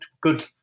Good